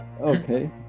Okay